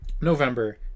November